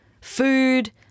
food